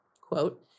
quote